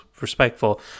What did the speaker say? respectful